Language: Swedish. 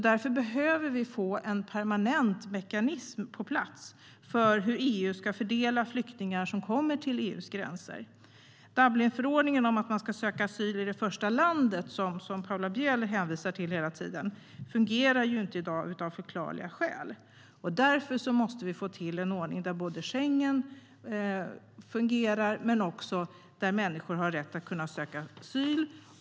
Därför behöver vi få en permanent mekanism på plats som fastställer hur EU ska fördela flyktingar som kommer till EU:s gränser. Dublinförordningen om att man ska söka asyl i det första landet, som Paula Bieler hela tiden hänvisar till, fungerar av förklarliga skäl inte i dag. Vi måste därför få till en ordning där Schengen fungerar men också där människor har rätt att söka asyl.